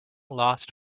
lost